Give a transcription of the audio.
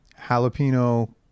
jalapeno